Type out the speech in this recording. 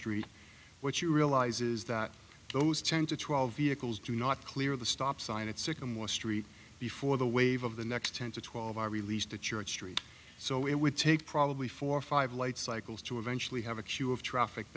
street what you realize is that those ten to twelve vehicles do not clear the stop sign at sycamore street before the wave of the next ten to twelve are released to church street so it would take probably four or five light cycles to eventually have a queue of traffic